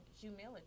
humility